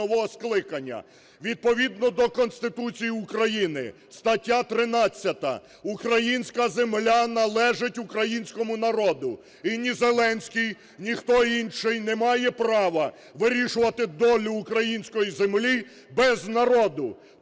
Відповідно до Конституції України, стаття 13, українська земля належить українському народу. І ні Зеленський, ніхто інший не має права вирішувати долю української землі без народу.